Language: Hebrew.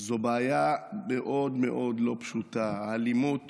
זה בעיה מאוד מאוד לא פשוטה, האלימות